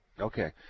okay